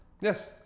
Yes